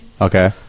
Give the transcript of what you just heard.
Okay